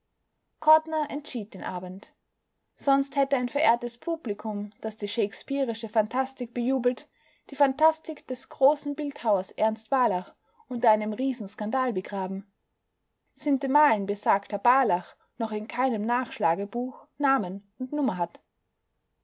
entschied den abend sonst hätte ein verehrtes publikum das die shakespearische phantastik bejubelt die phantastik des großen bildhauers ernst barlach unter einem riesenskandal begraben sintemalen besagter barlach noch in keinem nachschlagebuch namen und nummer hat